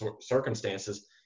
circumstances